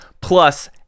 plus